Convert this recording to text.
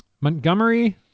Montgomery